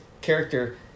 character